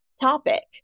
topic